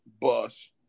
Bus